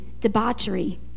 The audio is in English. debauchery